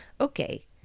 Okay